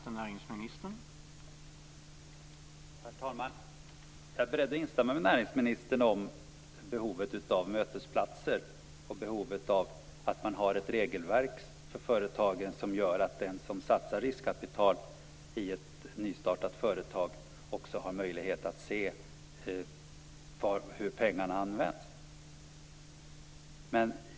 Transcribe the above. Herr talman! Jag är beredd att instämma med näringsministern när det gäller behovet av mötesplatser och av att ha ett regelverk för företagen som gör att den som satsar riskkapital i ett nystartat företag har möjlighet att se hur pengarna används.